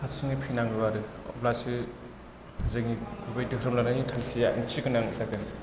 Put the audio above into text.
हारसिङै फैनांगौ आरो अब्लासो जोंनि गुबै दोरोम लानायनि थांखिया ओंथि गोनां जागोन